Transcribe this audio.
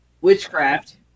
Witchcraft